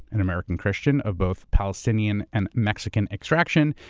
an american christian of both palestinian and mexican extraction,